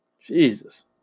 Jesus